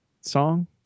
song